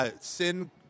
sin